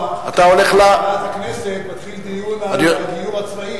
בוועדת הכנסת מתחיל דיון על הגיור הצבאי.